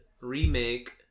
remake